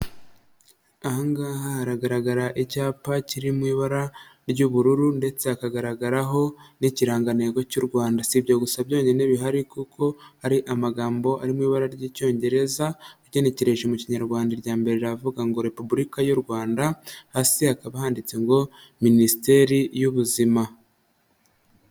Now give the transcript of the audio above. Aha ngaha haragaragara icyapa kiri mu ibara ry'ubururu ndetse hakagaragaraho n'ikirangantego cy'u Rwanda. Si ibyo gusa byonyine bihari kuko hari amagambo ari mu ibara ry'icyongereza, ugenekereje mu kinyarwanda irya mbere riravuga ngo "Repubulika y'u Rwanda," hasi hakaba handitse ngo minisiteri y'ubuzima.